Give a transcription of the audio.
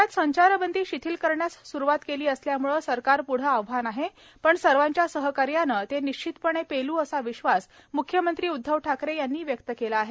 राज्यात संचारबंदी शिथिल करण्यास सुरुवात केली असल्यामुळे सरकारपुढं आव्हान आहे पण सर्वांच्या सहकार्यानं ते निश्चितपणे पेलू असा विश्वास म्ख्यमंत्री उद्वव ठाकरे यांनी व्यक्त केला आहे